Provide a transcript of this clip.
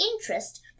interest